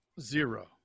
Zero